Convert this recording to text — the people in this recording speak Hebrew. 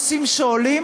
לפני נושאים שעולים,